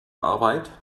arbeit